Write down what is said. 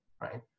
right